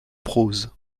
prose